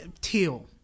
teal